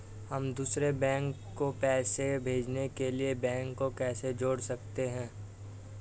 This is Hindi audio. हम दूसरे बैंक को पैसे भेजने के लिए बैंक को कैसे जोड़ सकते हैं?